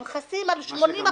הם חסים על 80% מן העבריינים.